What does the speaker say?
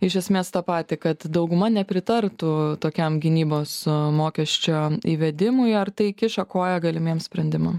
iš esmės tą patį kad dauguma nepritartų tokiam gynybos mokesčio įvedimui ar tai kiša koją galimiems sprendimam